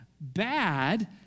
bad